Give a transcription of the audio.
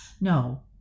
No